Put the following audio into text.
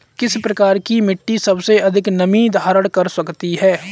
किस प्रकार की मिट्टी सबसे अधिक नमी धारण कर सकती है?